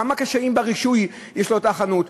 כמה קשיים ברישוי יש לאותה חנות,